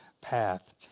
path